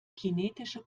kinetische